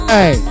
Hey